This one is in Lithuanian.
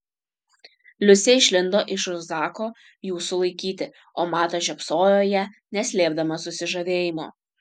liusė išlindo iš už zako jų sulaikyti o matas žiopsojo į ją neslėpdamas susižavėjimo